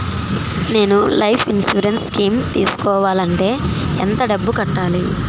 నేను life insurance scheme తీసుకోవాలంటే ఎంత డబ్బు కట్టాలి?